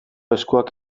eskuak